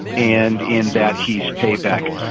and in that, he's payback.